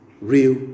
real